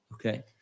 Okay